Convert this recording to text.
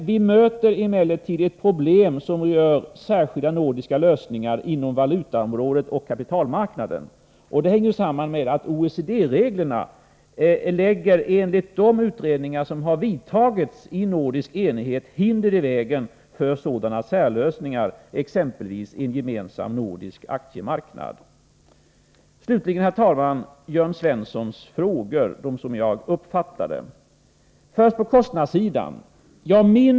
Vi möter emellertid ett problem som rör särskilda nordiska lösningar på valutaområdet och kapitalmarknaden. Det hänger samman med att OECD-reglerna enligt de utredningar som har företagits i nordisk enighet lägger hinder i vägen för sådana särlösningar, exempelvis en gemensam nordisk aktiemarknad. Slutligen, herr talman, till de frågor jag uppfattade från Jörn Svensson.